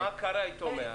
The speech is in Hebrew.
מה קרה איתו מאז?